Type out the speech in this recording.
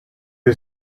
you